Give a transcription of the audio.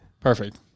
Perfect